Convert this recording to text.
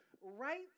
right